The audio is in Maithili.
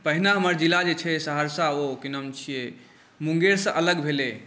पहिने हमर जिला जे छै सहरसा ओ कि नाम छिए मुङ्गेरसँ अलग भेलै